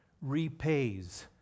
repays